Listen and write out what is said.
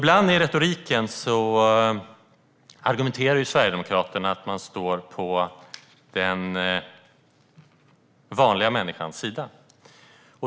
Ibland argumenterar Sverigedemokraterna för att de står på den vanliga människans sida.